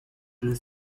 less